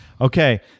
Okay